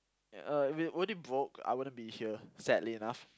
uh if it would it broke I wouldn't be here sadly enough